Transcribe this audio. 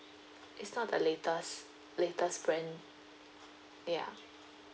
it's not the latest latest brand ya